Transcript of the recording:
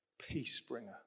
Peace-Bringer